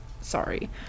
sorry